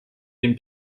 dem